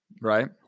right